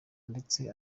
ndetse